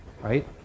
right